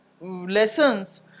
lessons